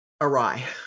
awry